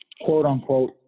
quote-unquote